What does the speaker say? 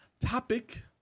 topic